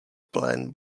plan